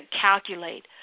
calculate